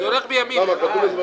אני התפשרתי, אתם התפשרתם.